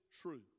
true